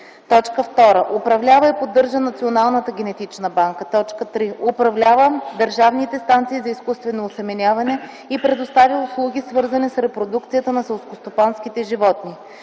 2. управлява и поддържа Националната генетична банка; 3. управлява държавните станции за изкуствено осеменяване и предоставя услуги, свързани с репродукцията на селскостопанските животни;